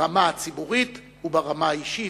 ברמה הציבורית וברמה האישית,